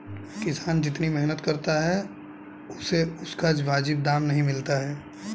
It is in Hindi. किसान जितनी मेहनत करता है उसे उसका वाजिब दाम नहीं मिलता है